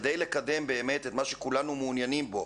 כדי לקדם את מה שכולנו מעוניינים בו,